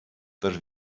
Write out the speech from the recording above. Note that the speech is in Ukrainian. тож